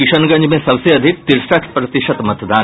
किशनगंज में सबसे अधिक तिरसठ प्रतिशत मतदान